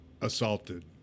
assaulted